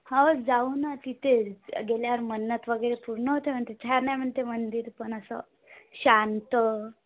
हो जाऊ ना तिथे गेल्यावर मन्नत वगैरे पूर्ण होते म्हणते छान म्हणते मंदिरपण असं शांत